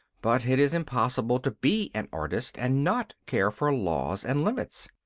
but it is impossible to be an artist and not care for laws and limits.